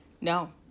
No